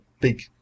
big